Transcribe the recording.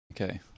Okay